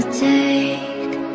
take